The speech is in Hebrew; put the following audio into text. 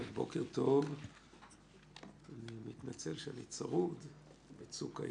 אני מתנצל שאני צרוד בצוק העיתים.